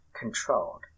controlled